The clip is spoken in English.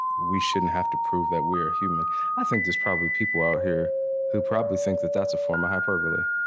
we shouldn't have to prove that we are human i think there's probably people out here who probably think that that's a form of hyperbole,